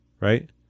right